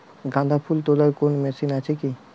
গাঁদাফুল তোলার কোন মেশিন কি আছে?